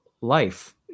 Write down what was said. life